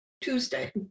Tuesday